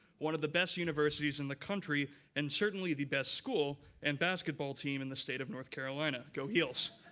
one of the best universities in the country, and certainly the best school and basketball team in the state of north carolina. go heels.